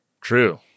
True